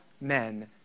men